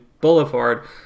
Boulevard